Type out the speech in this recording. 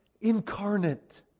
incarnate